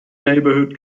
neighborhood